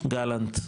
גלנט,